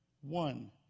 One